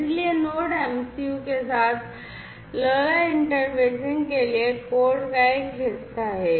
इसलिए node MCU के साथ LoRa इंटरफेसिंग के लिए यह कोड का एक हिस्सा है